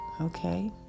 Okay